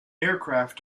aircraft